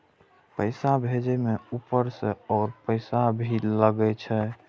पैसा भेजे में ऊपर से और पैसा भी लगे छै?